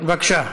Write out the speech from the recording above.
בבקשה.